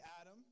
Adam